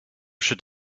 should